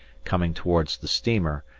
coming towards the steamer,